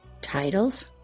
titles